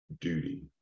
duty